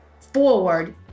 forward